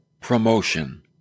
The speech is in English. promotion